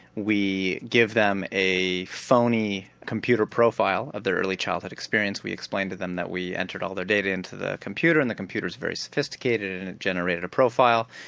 we give them a phoney computer profile of their early childhood experience, we explain to them that we entered all their data into the computer and the computer's very sophisticated and it generated a profile.